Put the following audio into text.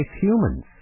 humans